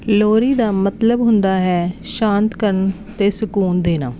ਲੋਰੀ ਦਾ ਮਤਲਬ ਹੁੰਦਾ ਹੈ ਸ਼ਾਂਤ ਕਰਨ ਅਤੇ ਸਕੂਨ ਦੇਣਾ